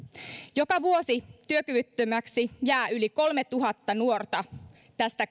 joka vuosi työkyvyttömäksi jää yli kolmetuhatta nuorta tästä